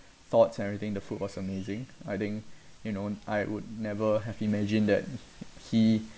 thoughts everything the food was amazing I think you know I would never have imagine that he